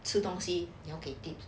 吃东西给 tip